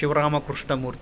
शिवरामकृष्णमूर्तिः